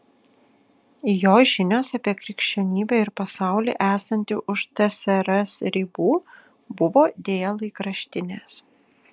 jo žinios apie krikščionybę ir pasaulį esantį už tsrs ribų buvo deja laikraštinės